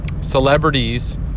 celebrities